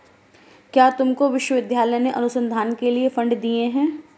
क्या तुमको विश्वविद्यालय ने अनुसंधान के लिए फंड दिए हैं?